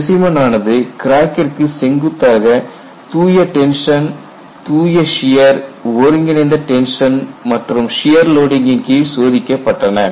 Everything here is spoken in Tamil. ஸ்பெசைமன் ஆனது கிராக்கிற்கு செங்குத்தாக தூய டென்ஷன் தூய சியர் ஒருங்கிணைந்த டென்ஷன் மற்றும் சியர் லோடிங் கின் கீழ் சோதிக்கப்பட்டன